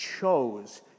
chose